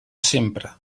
sempre